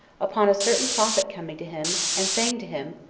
upon a certain prophet coming to him, and saying to him,